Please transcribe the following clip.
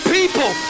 people